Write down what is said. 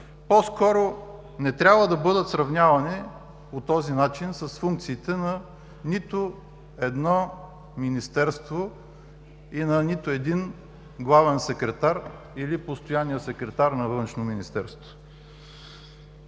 по-скоро не трябва да бъдат сравнявани по този начин с функциите на нито едно министерство и на нито един главен секретар или постоянния секретар на Външното министерство.